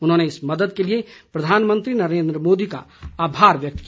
उन्होंने इस मदद के लिए प्रधानमंत्री नरेन्द्र मोदी का आभार व्यक्त किया